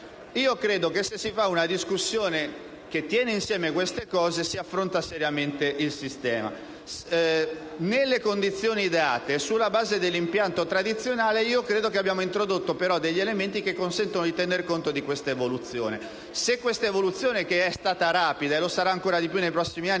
Io credo che, se si facesse una discussione che tiene insieme questi elementi, si affronterebbe seriamente il sistema. Nelle condizioni date e sulla base dell'impianto tradizionale, io credo però che abbiamo introdotto alcuni elementi che consentono di tener conto di questa evoluzione, che è stata rapida e lo sarà ancora di più nei prossimi anni,